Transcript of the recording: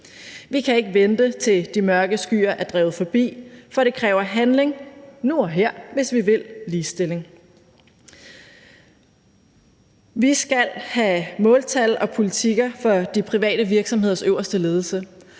Vi kan ikke vente, til de mørke skyer er drevet forbi, for det kræver handling nu og her, hvis vi vil ligestilling. Vi skal have måltal og politikker for de private virksomheders øverste ledelse.